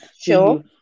Sure